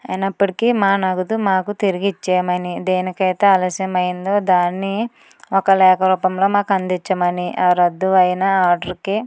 అయినప్పటికీ మా నగదు మాకు తిరిగి ఇచ్చేయమని దేనికైతే ఆలస్యమైందో దాన్ని ఒక లేఖ రూపంలో మాకు అందించమని ఆర్డర్కి